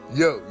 yo